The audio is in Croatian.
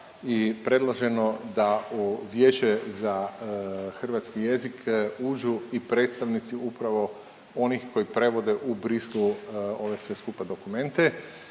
i predloženo da u vijeće za hrvatski jezik uđu i predstavnici upravo onih koji prevode u Bruxellesu ove sve skupa dokumente.